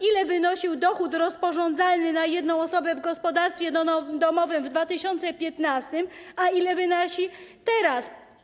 Ile wynosił dochód rozporządzalny na jedną osobę w gospodarstwie domowym w 2015 r., a ile wynosi teraz?